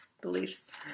beliefs